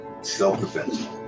Self-defense